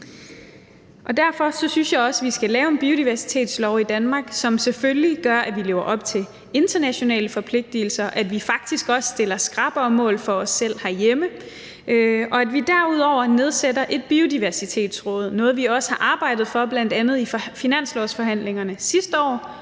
Derfor synes jeg også, at vi skal lave en biodiversitetslov i Danmark, som selvfølgelig gør, at vi lever op til internationale forpligtigelser, og at vi faktisk også stiller skrappere mål for os selv herhjemme, og at vi derudover nedsætter et biodiversitetsråd – noget, vi også har arbejdet for bl.a. i finanslovsforhandlingerne sidste år,